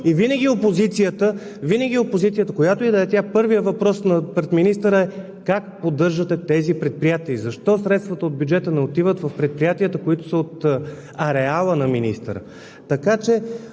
И винаги на опозицията, която и да е тя, първият въпрос към министъра е: как поддържате тези предприятия, защо средствата от бюджета не отиват в предприятията, които са от ареала на министъра?